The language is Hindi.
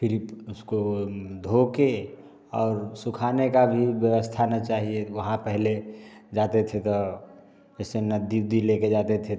फिर उसको धोके और सुखाने का भी व्यवस्था ना चाहिए वहाँ पहले जाते थे तो जैसे नदी ओदी लेके जाते थे